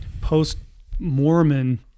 post-Mormon